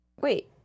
wait